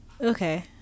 Okay